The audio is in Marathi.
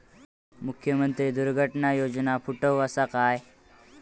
मुख्यमंत्री दुर्घटना योजना फुकट असा काय?